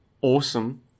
Awesome